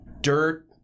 dirt